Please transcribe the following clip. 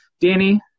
Danny